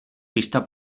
pista